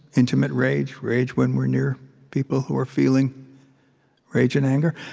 intimate rage, rage when we're near people who are feeling rage and anger.